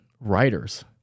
writers